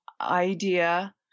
idea